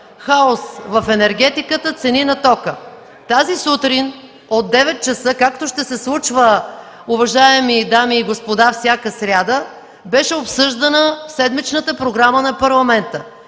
„Хаос в енергетиката, цени на тока”. Тази сутрин от 9 ч., както ще се случва всяка сряда, уважаеми дами и господа, беше обсъждана седмичната програма на парламента